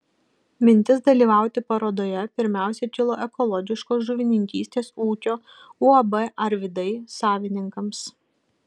mintis dalyvauti parodoje pirmiausia kilo ekologiškos žuvininkystės ūkio uab arvydai savininkams